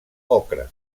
ocre